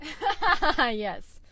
yes